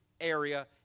area